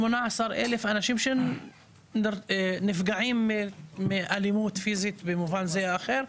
18,000 אנשים שנפגעים מאלימות פיזית במובן זה או אחר.